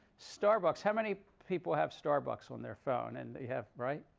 starbucks. how many people have starbucks on their phone? and they have right?